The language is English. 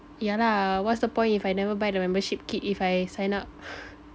yeah lah what's the point if I never buy the membership kit if I signed up